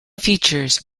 features